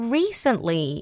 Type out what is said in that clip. recently